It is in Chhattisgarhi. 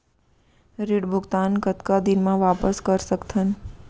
ऋण भुगतान कतका दिन म वापस कर सकथन?